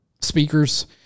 speaker's